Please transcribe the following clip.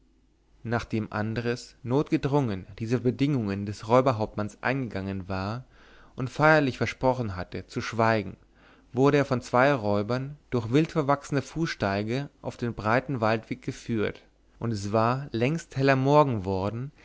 nachdem andres notgedrungen diese bedingungen des räuberhauptmanns eingegangen war und feierlich versprochen hatte zu schweigen wurde er von zwei räubern durch wildverwachsne fußsteige auf den breiten waldweg geführt und es war längst heller morgen worden